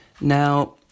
Now